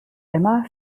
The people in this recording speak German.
emma